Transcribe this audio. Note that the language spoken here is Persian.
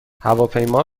هواپیما